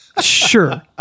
sure